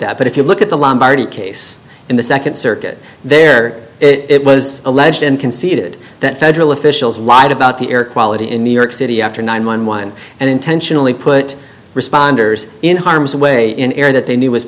that but if you look at the lombardi case in the second circuit there it was alleged and conceded that federal officials lied about the air quality in new york city after nine one one and intentionally put responders in harm's way an area that they knew was